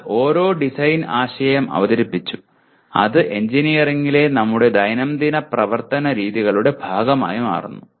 എന്നാൽ ആരോ ഒരു ഡിസൈൻ ആശയം അവതരിപ്പിച്ചു അത് എഞ്ചിനീയറിംഗിലെ നമ്മുടെ ദൈനംദിന പ്രവർത്തന രീതികളുടെ ഭാഗമായി മാറുന്നു